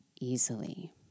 easily